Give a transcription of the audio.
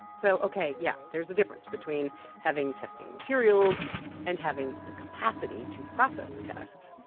so ok, yeah. there's a difference between having testing materials and having the capacity to process the tests.